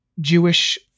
Jewish